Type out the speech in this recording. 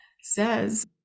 says